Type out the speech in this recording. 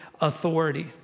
authority